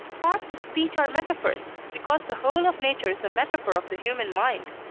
parts of speech are metaphors, because the whole of nature is a metaphor of the human mind.